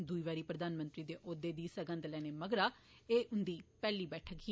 दुई बारी प्रधानमंत्री दे औह्दे दी सगंघ लैने मगरा एह उन्दी पैह्ली बैठक ही